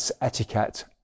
etiquette